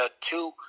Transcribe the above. two